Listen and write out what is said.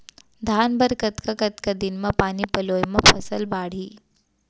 धान बर कतका कतका दिन म पानी पलोय म फसल बाड़ही?